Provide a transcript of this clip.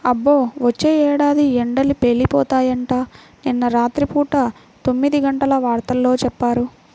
అబ్బో, వచ్చే ఏడాది ఎండలు పేలిపోతాయంట, నిన్న రాత్రి పూట తొమ్మిదిగంటల వార్తల్లో చెప్పారు